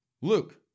Luke